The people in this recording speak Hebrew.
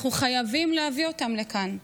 אנחנו חייבים להביא אותם לכאן.